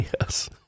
Yes